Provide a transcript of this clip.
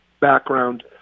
background